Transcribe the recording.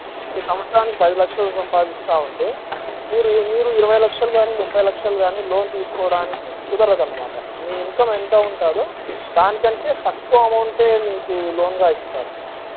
సంవత్సరానికి పది లక్షలు సంపాదిస్తూ ఉంటే మీరు మీరు ఇరవై లక్షలు కానీ ముప్పై లక్షలు కానీ లోన్ తీసుకోవడానికి కుదరదన్నమాట మీ ఇన్కమ్ ఎంత ఉంటుందో దానికంటే తక్కువ అమౌంటే మీకు లోన్గా ఇస్తారు